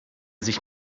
sich